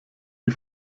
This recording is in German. die